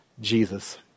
Jesus